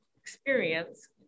experience